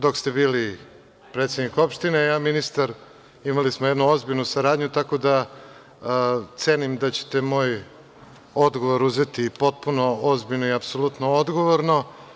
Dok ste bili predsednik opštine, ja i ministar smo imali jednu ozbiljnu saradnju, tako da cenim da ćete moj odgovor uzeti potpuno ozbiljno i apsolutno odgovorno.